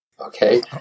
Okay